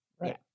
Right